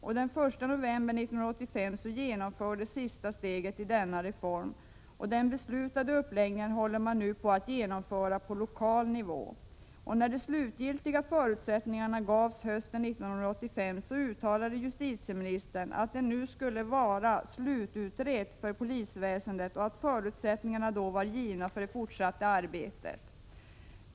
Den 1 november 1985 genomfördes sista steget i denna reform, och den beslutade uppläggningen håller man nu på att genomföra på lokal nivå. När de slutgiltiga förutsättningarna gavs hösten 1985, uttalade justitieministern att det nu skulle vara slututrett för polisväsendet och att förutsättningarna då var givna för det fortsatta arbetet.